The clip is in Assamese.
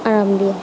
আৰাম দিয়ে